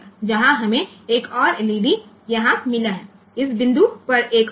તેથી જ્યાં આપણને અહીં બીજી LED મળી છે ત્યાં આ બિંદુએ બીજી LED છે